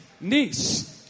niece